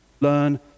learn